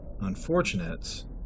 Unfortunates